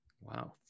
Wow